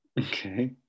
Okay